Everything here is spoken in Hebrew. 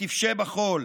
ותפשה בכול,